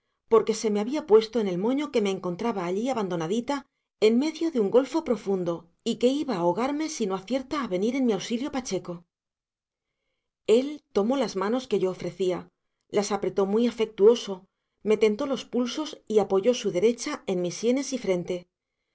porque se me había puesto en el moño que me encontraba allí abandonadita en medio de un golfo profundo y que iba a ahogarme si no acierta a venir en mi auxilio pacheco él tomó las manos que yo ofrecía las apretó muy afectuoso me tentó los pulsos y apoyó su derecha en mis sienes y frente